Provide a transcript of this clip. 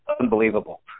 unbelievable